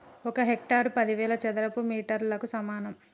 ఒక హెక్టారు పదివేల చదరపు మీటర్లకు సమానం